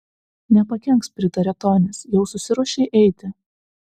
nepakenks pritarė tonis jau susiruošei eiti